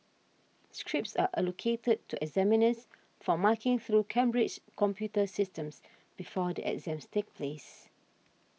scripts are allocated to examiners for marking through Cambridge's computer systems before the exams take place